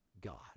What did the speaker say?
God